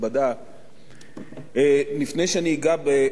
לפני שאני אגע בסוגיה שלפנינו,